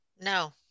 no